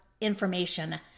information